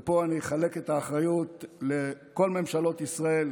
ופה אני אחלק את האחריות לכל ממשלות ישראל